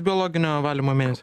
biologinio valymo mėnesį